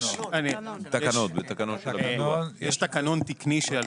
זה בתקנות של הביטוח.